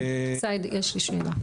יש לי שאלה.